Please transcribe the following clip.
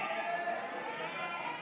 ההסתייגות (9) של חבר הכנסת שלמה קרעי לפני